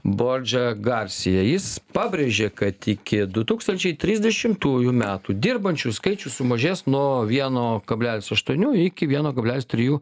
bodže garsija jis pabrėžė kad iki du tūkstančiai trisdešimtųjų metų dirbančiųjų skaičius sumažės nuo vieno kablelis aštuonių iki vieno kablelis trijų